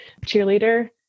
cheerleader